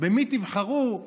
במי תבחרו,